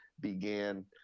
began